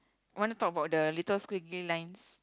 want to talk about the little squiggly lines